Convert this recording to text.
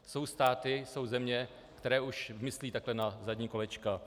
Jsou státy, jsou země, které už myslí takhle na zadní kolečka.